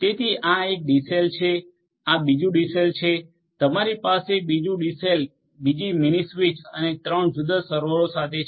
તેથી આ એક ડીસેલ છે આ બીજું ડીસેલ છે તમારી પાસે બીજું ડીસેલ બીજી મિનિ સ્વીચ અને ત્રણ જુદા જુદા સર્વરો સાથે છે